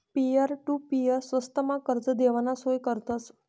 peer to peer स्वस्तमा कर्ज देवाना सोय करतस